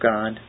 God